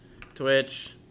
Twitch